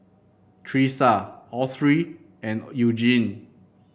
Tressa Autry and Eugene